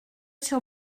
sur